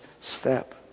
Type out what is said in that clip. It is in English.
step